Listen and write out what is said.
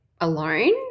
alone